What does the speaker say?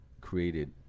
created